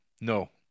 No